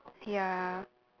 ya